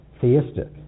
Theistic